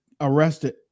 arrested